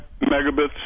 megabits